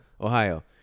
Ohio